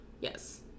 Yes